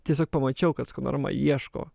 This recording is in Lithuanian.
tiesiog pamačiau kad skanorama ieško